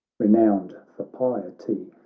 renowned for piety,